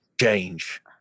change